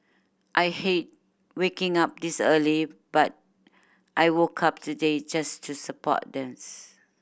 I hate waking up this early but I woke up today just to support this